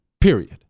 period